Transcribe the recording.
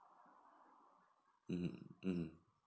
mmhmm mmhmm